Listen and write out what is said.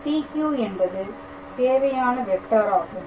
PQ என்பது தேவையான வெக்டாராகும்